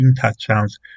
touchdowns